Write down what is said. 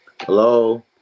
Hello